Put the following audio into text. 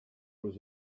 was